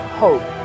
hope